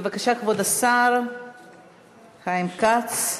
בבקשה, כבוד השר חיים כץ.